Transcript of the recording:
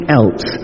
else